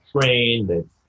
train